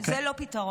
זה לא פתרון.